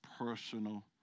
personal